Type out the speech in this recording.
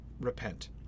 repent